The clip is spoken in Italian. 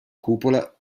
cupola